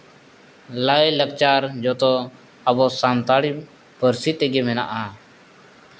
ᱞᱟᱭᱼᱞᱟᱠᱪᱟᱨ ᱡᱚᱛᱚ ᱟᱵᱚ ᱥᱟᱱᱛᱟᱲᱤ ᱯᱟᱹᱨᱥᱤ ᱛᱮᱜᱮ ᱢᱮᱱᱟᱜᱼᱟ